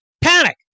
Panic